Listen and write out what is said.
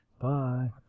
Bye